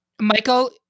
Michael